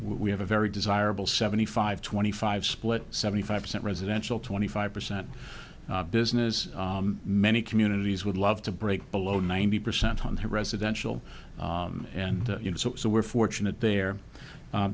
we have a very desirable seventy five twenty five split seventy five percent residential twenty five percent business many communities would love to break below ninety percent on the residential and so we're fortunate there